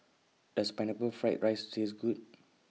Does Pineapple Fried Rice Taste Good